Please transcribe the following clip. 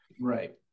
Right